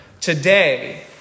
today